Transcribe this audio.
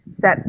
set